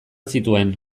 zituen